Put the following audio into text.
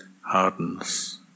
hardens